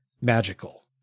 magical